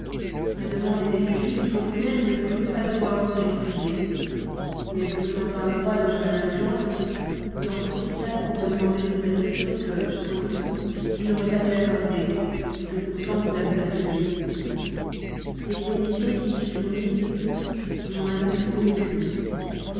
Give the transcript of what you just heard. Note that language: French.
ma demande était si juste que vous-même ne crûtes pas devoir vous y refuser mais vous faisant un droit de mon indulgence vous en profitâtes pour me demander une permission que sans doute je n'aurais pas dû accorder que pourtant vous avez obtenue des conditions qui y furent mises vous n'en avez tenu aucune